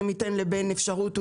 אם ניתן לבן את האפשרות,